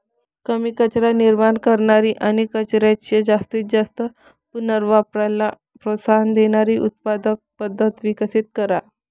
कमी कचरा निर्माण करणारी आणि कचऱ्याच्या जास्तीत जास्त पुनर्वापराला प्रोत्साहन देणारी उत्पादन पद्धत विकसित करा